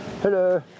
Hello